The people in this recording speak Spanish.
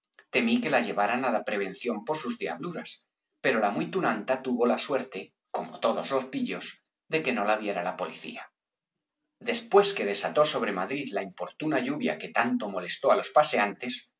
posible temí que la llevaran á la prevención por sus diabluras pero la muy tunanta tuvo la suerte como todos los pillos de que no la viera la policía después que desató sobre madrid la importuna lluvia que tanto molestó á los pasean